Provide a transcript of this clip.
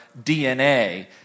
DNA